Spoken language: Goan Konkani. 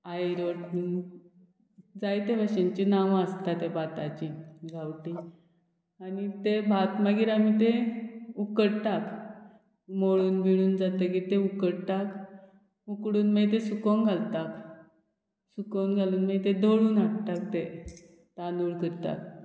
आयरोट बीन जायते भाशेनची नांवां आसता तें भाताची गांवटी आनी तें भात मागीर आमी तें उकडटा मळून भिळून जातगीर तें उकडटा उकडून मागीर तें सुकोंक घालतात सुकोंक घालून मागीर तें दळून हाडटा ते तांदूळ करता